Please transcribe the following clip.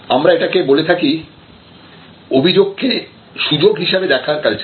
আমরা এটাকে বলে থাকি অভিযোগ কে সুযোগ হিসাবে দেখার কালচার